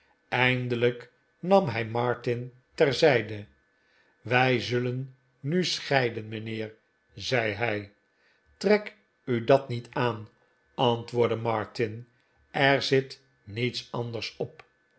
eindelijk nam hij martin terzijde wij zullen nu scheiden mijnheer zei hij trek u dat niet aan antwoordde martin er zit niets anders op